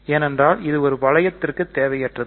ஏனென்றால் இது ஒரு வளையத்திற்கு தேவையற்றது